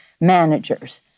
managers